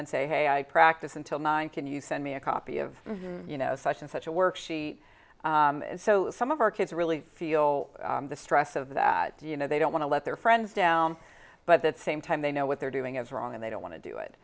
and say hey i practice until nine can you send me a copy of you know such and such a worksheet so some of our kids really feel the stress of that you know they don't want to let their friends down but that same time they know what they're doing is wrong and they don't want to do it